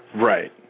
Right